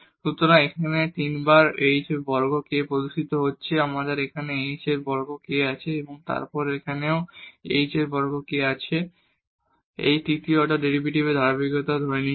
সুতরাং এখানে 3 বার h বর্গ k প্রদর্শিত হচ্ছে আমাদের এখানে h বর্গ k আছে এবং তারপর এখানেও h বর্গ k আছে এবং এই তৃতীয় অর্ডার ডেরিভেটিভের ধারাবাহিকতা ধরে নিচ্ছি